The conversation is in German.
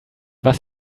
was